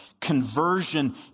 Conversion